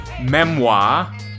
memoir